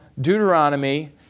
Deuteronomy